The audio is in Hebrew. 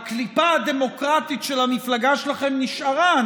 הקליפה הדמוקרטית של המפלגה שלכם נשארה,